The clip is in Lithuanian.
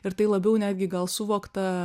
ir tai labiau netgi gal suvokta